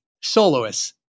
soloists